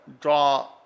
draw